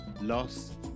loss